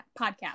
Podcast